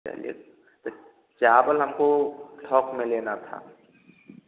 चलिए इस चावल हमको थोक में लेना था